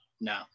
No